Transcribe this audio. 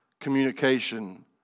communication